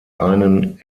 einen